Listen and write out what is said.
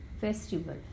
festival